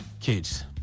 kids